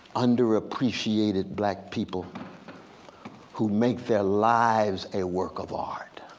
underappreciated black people who make their lives a work of art,